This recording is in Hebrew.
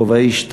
רובאי 2: